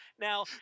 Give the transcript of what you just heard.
Now